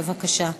בבקשה.